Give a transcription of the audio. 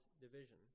division